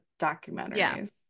documentaries